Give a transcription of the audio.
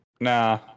nah